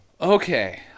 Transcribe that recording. okay